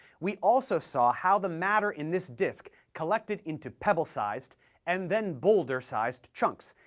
we also saw how the matter in this disk collected into pebble-sized and then boulder-sized chunks,